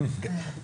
תכף.